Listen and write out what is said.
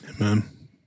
Amen